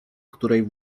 której